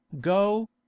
go